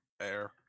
air